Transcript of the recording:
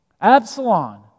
Absalom